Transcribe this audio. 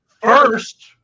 First